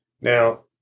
Now